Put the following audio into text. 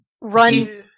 Run